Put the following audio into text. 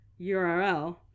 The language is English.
URL